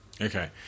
Okay